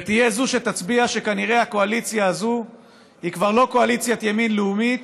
תהיה זו שתצביע שכנראה הקואליציה הזו היא כבר לא קואליציית ימין לאומית